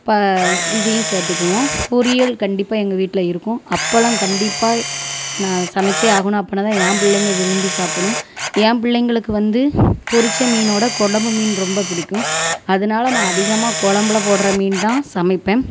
பா இதையும் சேர்த்துக்குவோம் பொரியல் கண்டிப்பாக எங்கல வீட்டில் இருக்கும் அப்பளம் கண்டிப்பாக நான் சமச்சே ஆகணும் அப்படின்னா தான் என் பிள்ளைங்க விரும்பி சாப்புடும் என் பிள்ளைங்களுக்கு வந்து பொறிச்ச மீனோட குழம்பு மீன் ரொம்ப பிடிக்கும் அதனால் நான் அதிகமாக குழம்புல போடுற மீன் தான் சமைப்பேன்